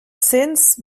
cents